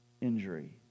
injury